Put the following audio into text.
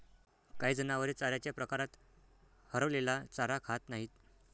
काही जनावरे चाऱ्याच्या प्रकारात हरवलेला चारा खात नाहीत